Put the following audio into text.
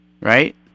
Right